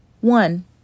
One